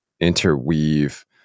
Interweave